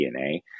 DNA